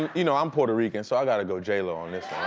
you know i'm puerto rican, so i gotta go j lo on this